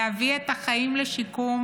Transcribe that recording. להביא את החיים לשיקום,